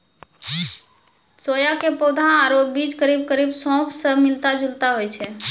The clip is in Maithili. सोया के पौधा आरो बीज करीब करीब सौंफ स मिलता जुलता होय छै